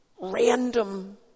random